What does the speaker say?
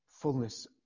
fullness